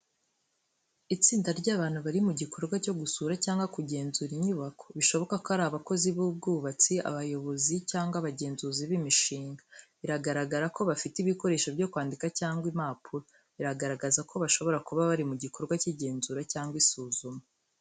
Itsinda ry’abantu bari mu gikorwa cyo gusura cyangwa kugenzura inyubako, bishoboka ko ari abakozi b'ubwubatsi, abayobozi, cyangwa abagenzuzi b’imishinga. Biragaragara ko bafite ibikoresho byo kwandika cyangwa impapuro. Bigaragaza ko bashobora kuba bari mu gikorwa cy’igenzura cyangwa isuzuma.